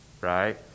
right